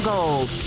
Gold